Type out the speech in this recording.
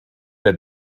der